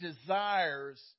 desires